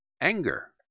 Anger